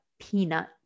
peanut